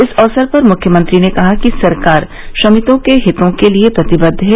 इस अवसर पर मुख्यमंत्री ने कहा कि सरकार श्रमिकों के हितों के लिये प्रतिबद्ध है